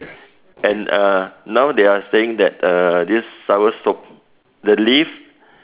then uh now they are saying that uh this soursop the leaf